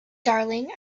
darling